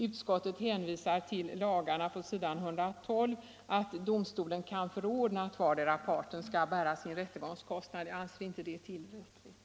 Utskottet hänvisar på s. 112 till att dom 191 stolen kan förordna att vardera parten skall bära sin rättegångskostnad. Jag anser det inte vara tillräckligt.